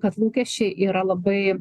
kad lūkesčiai yra labai